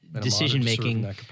Decision-making